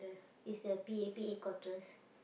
is the P_A_P headquarters